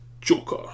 Joker